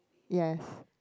yes